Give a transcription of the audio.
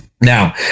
Now